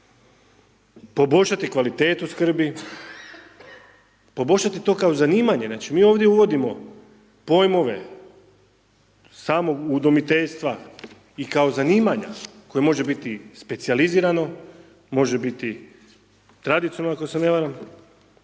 poboljšati kvalitetu skrbi, poboljšati to kao zanimanje. Znači mi ovdje uvodimo pojmove samog udomiteljstva i kao zanimanja koje može biti specijalizirano, može biti tradicionalno ako se ne varam